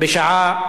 בשעה,